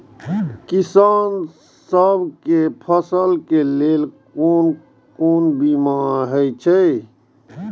किसान सब के फसल के लेल कोन कोन बीमा हे छे?